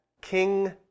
king